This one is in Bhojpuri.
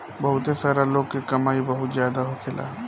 बहुते सारा लोग के कमाई बहुत जादा होखेला